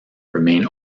remain